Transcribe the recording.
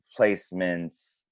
Placements